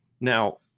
now